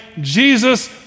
Jesus